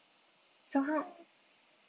so how